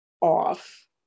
off